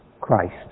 Christ